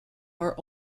are